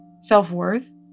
self-worth